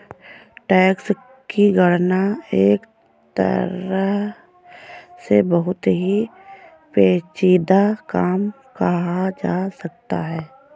tax की गणना एक तरह से बहुत ही पेचीदा काम कहा जा सकता है